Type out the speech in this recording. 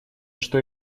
что